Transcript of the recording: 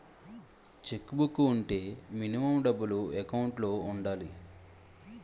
Check book వుంటే minimum డబ్బులు account లో ఉండాలి?